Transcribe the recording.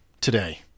today